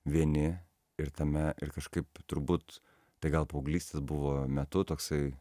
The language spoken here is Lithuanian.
vieni ir tame ir kažkaip turbūt tai gal paauglystės buvo metu toksai